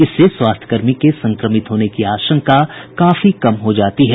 इससे स्वास्थ्य कर्मी के संक्रमित होने की आशंका काफी कम हो जाती है